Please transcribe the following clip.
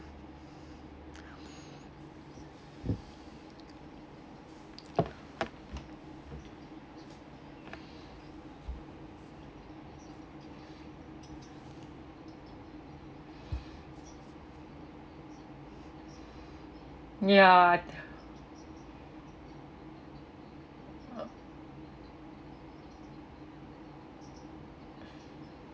ya uh